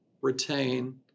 retain